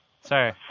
Sorry